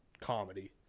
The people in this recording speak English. comedy